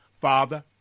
Father